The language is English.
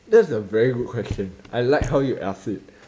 that's a very good question I like how you ask it